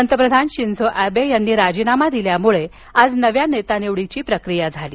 पंतप्रधान Shinzo Abe यांनी राजीनामा दिल्यामुळे आज नव्या नेतानिवडीची प्रक्रिया झाली